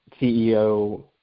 CEO